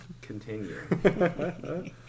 Continue